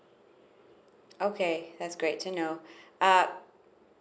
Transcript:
okay that's great to know uh